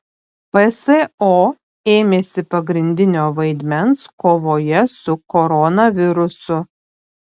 pso ėmėsi pagrindinio vaidmens kovoje su koronavirusu